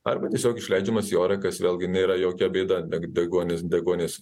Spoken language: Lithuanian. arba tiesiog išleidžiamas į orą kas vėlgi nėra jokia bėda deg deguonis deguonis